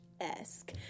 esque